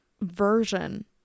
version